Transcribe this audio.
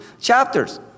chapters